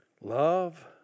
Love